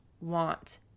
want